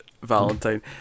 Valentine